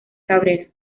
cabrera